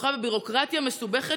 כרוכה בביורוקרטיה מסובכת,